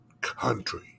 country